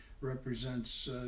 represents